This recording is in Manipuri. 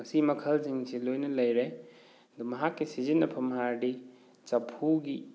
ꯃꯁꯤ ꯃꯈꯜꯁꯤꯡꯁꯤ ꯂꯣꯏꯅ ꯂꯩꯔꯦ ꯑꯗꯨ ꯃꯍꯥꯛꯀꯤ ꯁꯤꯖꯤꯟꯅꯐꯝ ꯍꯥꯏꯔꯗꯤ ꯆꯐꯨꯒꯤ